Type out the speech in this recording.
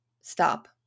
stop